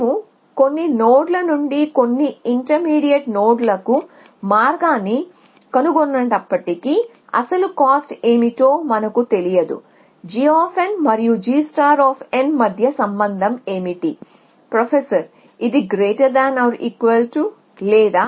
మేము కొన్ని నోడ్ ల నుండి కొన్ని ఇంటర్మీడియట్ నోడ్లకు మార్గాన్ని కనుగొన్నప్పటికీ అసలు కాస్ట్ ఏమిటో మనకు తెలియదు g మరియు g మధ్య సంబంధం ఏమిటి ప్రొఫెసర్ ఇది లేదా